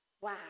Wow